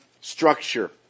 structure